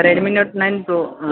Redmi note nine pro